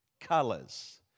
colors